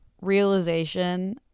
realization